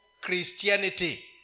Christianity